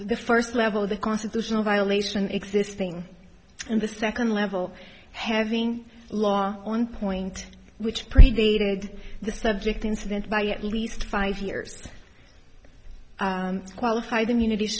the first level the constitutional violation existing in the second level having laws on point which preceded the subject incident by at least five years qualified immunit